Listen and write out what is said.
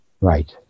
right